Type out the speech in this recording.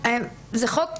זה חוק חשוב,